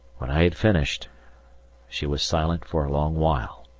when i had finished she was silent for a long while,